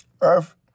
Earth